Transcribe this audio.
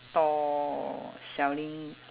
stall selling